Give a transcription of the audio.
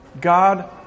God